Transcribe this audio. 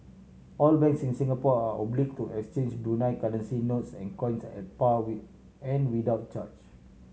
all banks in Singapore are obliged to exchange Brunei currency notes and coins at par and without charge